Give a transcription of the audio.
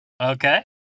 Okay